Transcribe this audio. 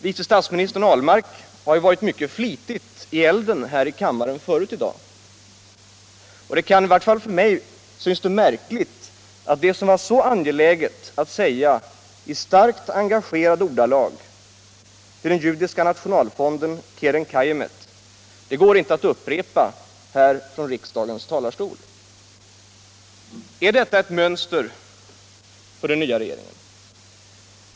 Vice statsministern Ahlmark har ju varit mycket flitigt i elden här i kammaren förut i dag, och i vart fall för mig synes det märkligt att det som var så angeläget att säga i starkt engagerade ordalag på Judiska nationalfonden Keren Kajemet inte går att upprepa från riksdagens talarstol. Är detta ett mönster för den nya regeringen?